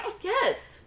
Yes